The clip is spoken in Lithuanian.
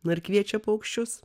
na ir kviečia paukščius